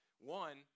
One